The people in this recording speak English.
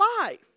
life